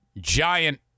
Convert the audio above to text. giant